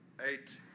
eight